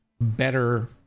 better